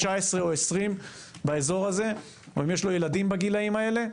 19 או 20 באזור הזה או אם יש לו ילדים בגילאים האלה,